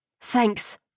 Thanks